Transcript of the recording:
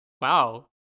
Wow